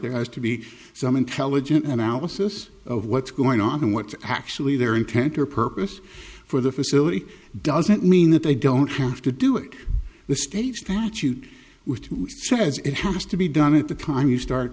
there has to be some intelligent analysis of what's going on and what actually their intent or purpose for the facility doesn't mean that they don't have to do it the state statute which says it has to be done at the time you start